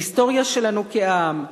ההיסטוריה שלנו כעם,